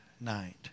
night